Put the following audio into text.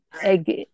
egg